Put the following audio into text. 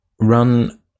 run